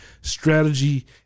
strategy